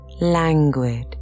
languid